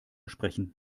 sprechen